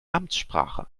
amtssprache